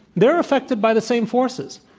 they're affected by the same forces.